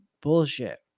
bullshit